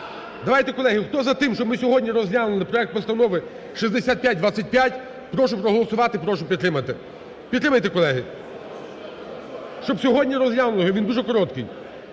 Давайте, колеги, хто за те, щоб ми сьогодні розглянули проект Постанови 6525, прошу проголосувати. Прошу підтримати. Підтримайте, колеги, щоб сьогодні розглянули його, він дуже короткий,